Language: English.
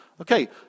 Okay